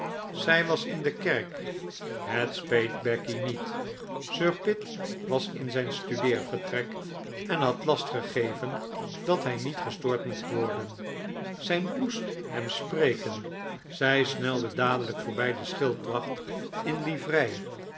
zij was in de kerk het speet becky niet sir pitt was in zijn studeervertrek en had last gegeven dat hij niet gestoord mocht worden zij moest hem spreken zij snelde dadelijk voorbij den schildwacht in livrei